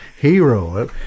hero